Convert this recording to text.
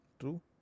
true